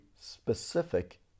specific